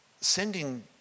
Sending